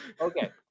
Okay